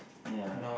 ya